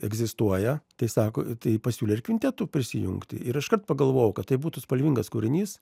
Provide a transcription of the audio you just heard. egzistuoja tai sako tai pasiūlė ir kvintetui prisijungti ir iškart pagalvojau kad tai būtų spalvingas kūrinys